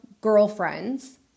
girlfriends